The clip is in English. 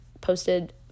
posted